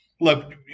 look